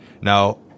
Now